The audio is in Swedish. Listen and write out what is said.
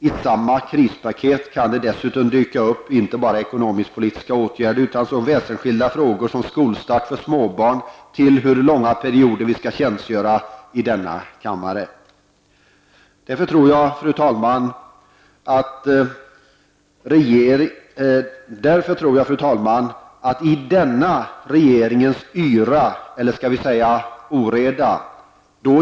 I samma krispaket kan det dessutom dyka upp inte bara ekonomiskt-politiska åtgärder utan så väsensskilda frågor som skolstart för småbarn till hur långa perioder vi skall tjänstgöra i denna kammare. Därför tror jag, fru talman, att det är viktigt att i denna regeringens yra -- eller skall vi säga oreda?